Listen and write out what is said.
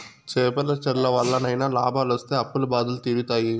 చేపల చెర్ల వల్లనైనా లాభాలొస్తి అప్పుల బాధలు తీరుతాయి